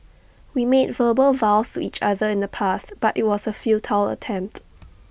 we made verbal vows to each other in the past but IT was A futile attempt